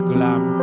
Glam